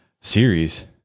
Series